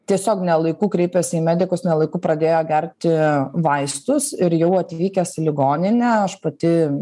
tiesiog ne laiku kreipėsi į medikus ne laiku pradėjo gerti vaistus ir jau atvykęs į ligoninę aš pati